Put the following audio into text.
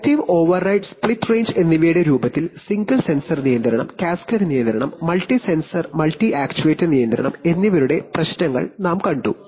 selective override split range എന്നിവയുടെ രൂപത്തിൽ single sensor നിയന്ത്രണം കാസ്കേഡ് നിയന്ത്രണം മൾട്ടി സെൻസർ മൾട്ടി ആക്യുവേറ്റർ നിയന്ത്രണം എന്നിവയുടെ പ്രശ്നങ്ങൾ ഞങ്ങൾ കണ്ടു